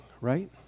right